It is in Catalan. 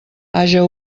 haja